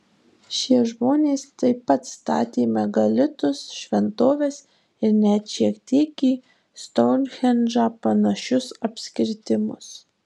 šie žmonės taip pat statė megalitus šventoves ir net šiek tiek į stounhendžą panašius apskritimus